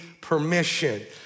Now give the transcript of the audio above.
permission